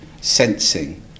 sensing